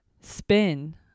Spin